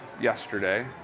yesterday